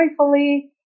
joyfully